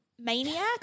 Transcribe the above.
maniac